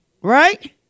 Right